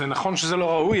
זה נכון שזה לא ראוי,